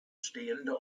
stehende